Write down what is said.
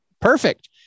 perfect